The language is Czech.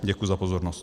Děkuji za pozornost.